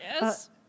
Yes